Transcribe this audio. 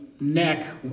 neck